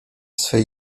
swej